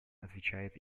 отвечает